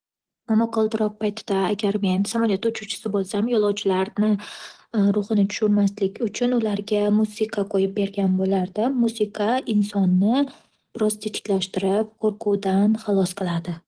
Momaqaldiroq paytida agar men samalyot uchuvchisi bo'lsam, yo'lovchilarni ruhini tushirmaslik uchun ularga musiqa qo'yib bergan bo'lardim. Musiqa insonni biroz tetiklashtirib, qo'rquvdan halos qiladi.